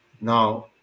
Now